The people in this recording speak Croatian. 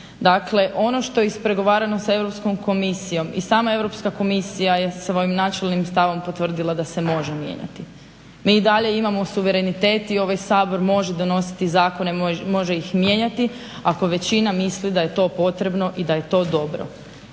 Dakle, ono što je ispregovarano sa Europskom komisijom i sama Europska komisija je svojim načelnim stavom potvrdila da se može mijenjati. Mi i dalje imamo suverenitet i ovaj Sabor može donositi zakone, može ih mijenjati ako većina misli da je to potrebno i da je to dobro.